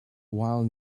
while